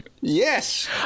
Yes